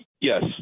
Yes